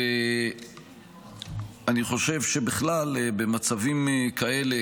ואני חושב שבכלל במצבים כאלה,